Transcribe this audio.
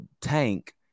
Tank